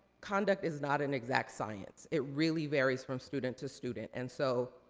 conduct is not an exact science. it really varies from student to student. and so,